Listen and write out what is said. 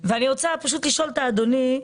אני רוצה לשאול את אדוני,